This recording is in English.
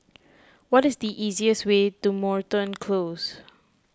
what is the easiest way to Moreton Close